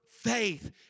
faith